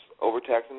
overtaxing